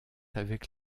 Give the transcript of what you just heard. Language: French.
avec